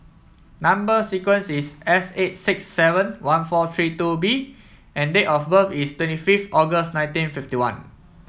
number sequence is S eight six seven one four three two B and date of birth is twenty fifth August nineteen fifty one